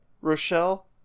Rochelle